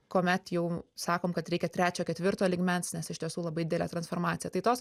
kuomet jau sakom kad reikia trečio ketvirto lygmens nes iš tiesų labai didelė transformacija tai tos